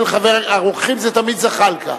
של חבר הכנסת, הרוקחים זה תמיד זחאלקה.